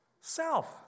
Self